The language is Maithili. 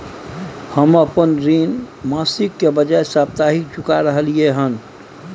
हम अपन ऋण मासिक के बजाय साप्ताहिक चुका रहलियै हन